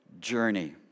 journey